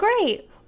great